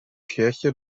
kirche